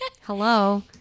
Hello